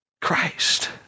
Christ